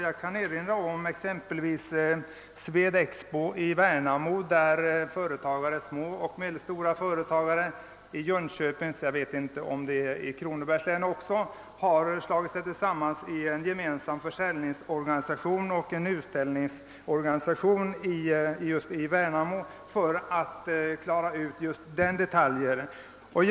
Jag kan erinra om exempelvis Swed Expo i Värnamo, där små och medelstora företagare i Jönköpings län — kanske också i Kronobergs län — har slutit sig samman i en gemensam försäljningsoch utställningsorganisation för att klara just denna detalj.